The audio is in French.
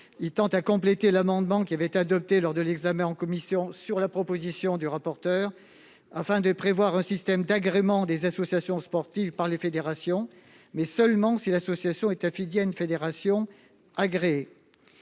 Il tend à compléter l'amendement adopté lors de l'examen en commission, sur la proposition de M. le rapporteur pour avis, afin de prévoir un système d'agrément des associations sportives par les fédérations, seulement si l'association est affiliée à une fédération agréée.